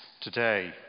today